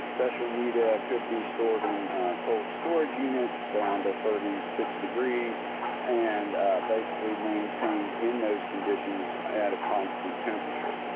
special media could be stored in cold storage units down to thirty six degrees and basically maintained in those conditions at a constant temperature.